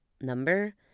number